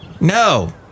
no